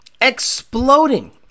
exploding